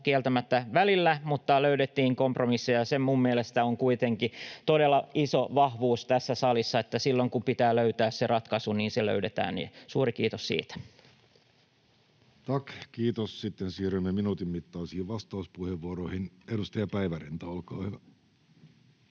kieltämättä välillä, mutta löydettiin kompromisseja, ja se minun mielestäni on kuitenkin todella iso vahvuus tässä salissa, että silloin, kun pitää löytää ratkaisu, se löydetään. Suuri kiitos siitä. Tack, kiitos. — Sitten siirrymme minuutin mittaisiin vastauspuheenvuoroihin. — Edustaja Päivärinta, olkaa hyvä.